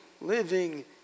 living